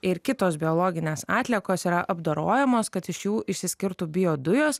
ir kitos biologinės atliekos yra apdorojamos kad iš jų išsiskirtų biodujos